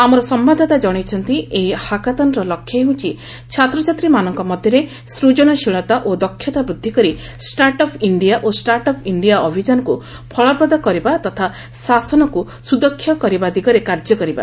ଆମର ସମ୍ଭାଦଦାତା ଜଣାଇଛନ୍ତି ଏହି ହାକାଥନ୍ର ଲକ୍ଷ୍ୟ ହେଉଛି ଛାତ୍ରଛାତ୍ରୀମାନଙ୍କ ମଧ୍ୟରେ ସୂଜନଶୀଳତା ଓ ଦକ୍ଷତା ବୃଦ୍ଧି କରି ଷ୍ଟାର୍ଟ ଅଫ୍ ଇଣ୍ଡିଆ ଓ ଷ୍ଟାଣ୍ଡ୍ ଅଫ୍ ଇଣ୍ଡିଆ ଅଭିଯାନକୁ ଫଳପ୍ରଦ କରିବା ତଥା ଶାସନକୁ ସ୍ତଦକ୍ଷ କରିବା ଦିଗରେ କାର୍ଯ୍ୟ କରିବା